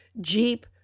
Jeep